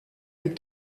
les